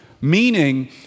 Meaning